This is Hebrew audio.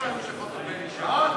כהצעת הוועדה,